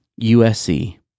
USC